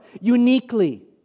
uniquely